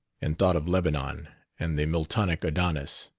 and thought of lebanon and the miltonic adonis.